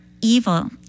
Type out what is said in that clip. evil